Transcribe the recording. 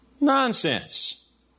Nonsense